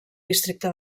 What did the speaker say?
districte